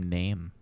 name